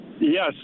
Yes